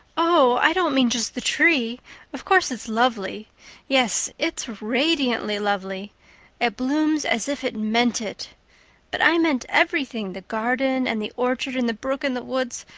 oh, i don't mean just the tree of course it's lovely yes, it's radiantly lovely it blooms as if it meant it but i meant everything, the garden and the orchard and the brook and the woods,